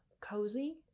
Cozy